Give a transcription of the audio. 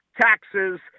Taxes